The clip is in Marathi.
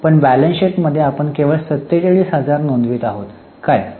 पण बैलन्स शीटत आपण केवळ 47000 नोंदवित आहोत